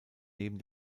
neben